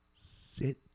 Sit